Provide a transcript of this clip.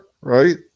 right